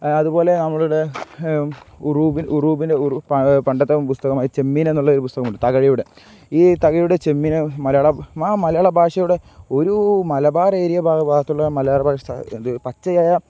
അതുപോലെ നമ്മളുടെ ഉറൂബിൻ ഉറൂബിൻ്റെ പണ്ടത്തെ പുസ്തകമായ ചെമ്മീൻ എന്നുള്ളൊരു പുസ്തകമുണ്ട് തകഴിയുടെ ഈ തകഴിയുടെ ചെമ്മിൻ മലയാള ആ മലയാള ഭാഷയുടെ ഒരു മലബാർ ഏരിയ ഭാഗത്തുള്ള മലയാള ഭാഷ പച്ചയായ